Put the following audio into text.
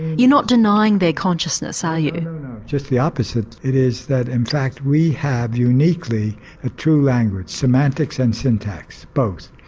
you're not denying their consciousness are ah you know just the opposite. it is that in fact we have uniquely ah two languages semantics and syntax both.